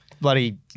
bloody